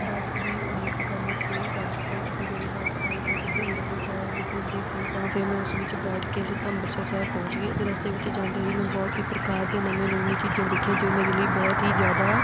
ਬਸ ਦੀ ਉਡੀਕ ਕਰਨੀ ਸ਼ੁਰੂ ਕਰ ਦਿੱਤੀ ਅਤੇ ਜਦੋਂ ਬਸ ਆਈ ਤਾਂ ਸਿੱਧੇ ਅੰਮ੍ਰਿਤਸਰ ਸਾਹਿਬ ਵਿਖੇ ਦੀ ਸੀ ਤਾਂ ਫਿਰ ਮੈਂ ਉਸ ਵਿੱਚ ਬੈਠ ਕੇ ਸਿੱਧਾ ਅੰਮ੍ਰਿਤਸਰ ਸਾਹਿਬ ਪਹੁੰਚ ਗਈ ਅਤੇ ਰਸਤੇ ਵਿੱਚ ਜਾਂਦੇ ਹੀ ਮੈਂ ਬਹੁਤ ਹੀ ਪ੍ਰਕਾਰ ਦੇ ਨਵੇਂ ਨਵੇਂ ਚੀਜ਼ਾਂ ਦੇਖੀਆਂ ਜੋ ਮੇਰੇ ਲਈ ਬਹੁਤ ਹੀ ਜ਼ਿਆਦਾ